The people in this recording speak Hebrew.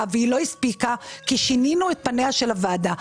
והיא לא הספיקה כי שינינו את פניה של הוועדה.